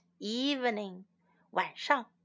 evening,晚上